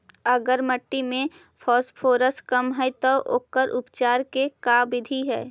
अगर मट्टी में फास्फोरस कम है त ओकर उपचार के का बिधि है?